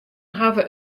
hawwe